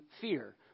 fear